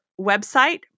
website